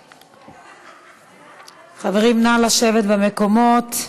חברים, נא לשבת במקומות.